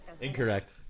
Incorrect